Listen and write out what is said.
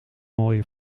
mooie